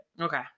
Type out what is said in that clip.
Okay